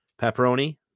pepperoni